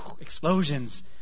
explosions